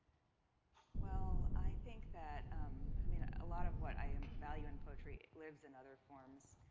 well, i think that um i mean, a lot of what i um value in poetry lives in other forms.